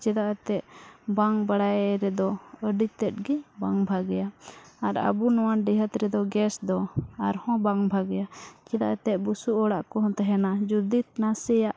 ᱪᱮᱫᱟᱜ ᱮᱱᱛᱮᱫ ᱵᱟᱝ ᱵᱟᱲᱟᱭ ᱨᱮᱫᱚ ᱟᱹᱰᱤᱛᱮᱫ ᱜᱮ ᱵᱟᱝ ᱵᱷᱟᱜᱮᱭᱟ ᱟᱨ ᱟᱵᱚ ᱱᱚᱣᱟ ᱰᱤᱦᱟᱹᱛ ᱨᱮᱫᱚ ᱫᱚ ᱟᱨᱦᱚᱸ ᱵᱟᱝ ᱵᱷᱟᱜᱮᱭᱟ ᱪᱮᱫᱟᱜ ᱮᱱᱛᱮᱫ ᱵᱚᱥᱩᱵ ᱚᱲᱟᱜ ᱠᱚᱦᱚᱸ ᱛᱟᱦᱮᱱᱟ ᱡᱩᱫᱤ ᱱᱟᱥᱮᱭᱟᱜ